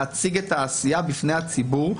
להציג את העשייה בפני הציבור.